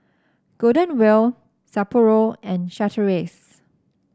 Golden Wheel Sapporo and Chateraise